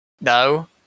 No